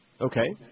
Okay